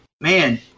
Man